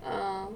uh